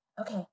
Okay